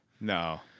no